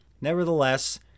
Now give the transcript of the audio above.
Nevertheless